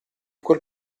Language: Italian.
quel